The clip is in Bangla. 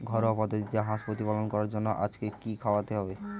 ঘরোয়া পদ্ধতিতে হাঁস প্রতিপালন করার জন্য আজকে কি খাওয়াতে হবে?